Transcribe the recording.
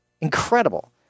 Incredible